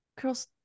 girl's